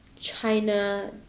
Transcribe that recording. China